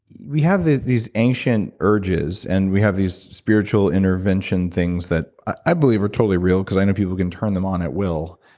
we have these these ancient urges, and we have these spiritual intervention things that i believe are totally real, because i know people can turn them on at will.